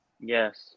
Yes